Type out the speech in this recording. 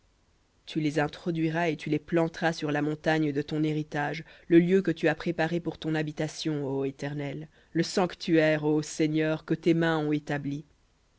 tu les introduiras et tu les planteras sur la montagne de ton héritage le lieu que tu as préparé pour ton habitation ô éternel le sanctuaire ô seigneur que tes mains ont établi